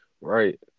Right